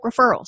referrals